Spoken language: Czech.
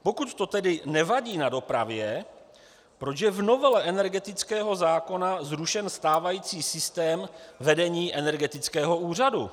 Pokud to tedy nevadí na dopravě, proč je v novele energetického zákona zrušen stávající systém vedení energetického úřadu?